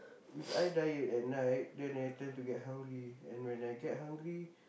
if I diet at night then I tend to get hungry and when I get hungry